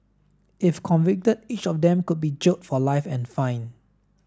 if convicted each of them could be jailed for life and fined